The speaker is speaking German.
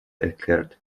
erklärt